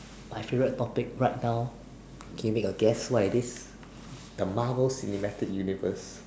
my favourite topic right now can you make a guess what it is the Marvel cinematic universe